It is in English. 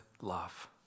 love